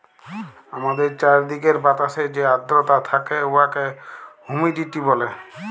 আমাদের চাইরদিকের বাতাসে যে আদ্রতা থ্যাকে উয়াকে হুমিডিটি ব্যলে